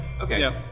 Okay